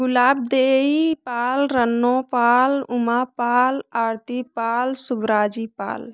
गुलाब Dei Pal Ranno Pal Uma Pal Aarti Pal Subraji पाल